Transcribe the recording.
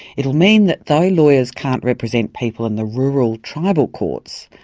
it will mean that though lawyers can't represent people in the rural tribal courts,